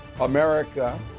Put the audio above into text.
America